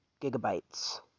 gigabytes